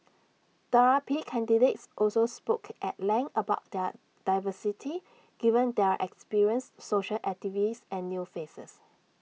the R P candidates also spoke at length about their diversity given there are experienced social activists and new faces